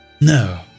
No